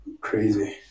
Crazy